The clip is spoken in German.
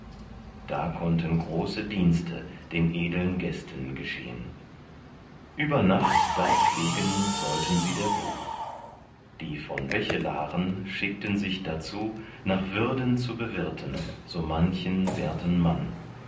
da konnten große dienste den edeln gästen geschehn über nacht da pflegen sollten sie der ruh die von bechelaren schickten sich dazu nach würden zu bewirten so manchen werten mann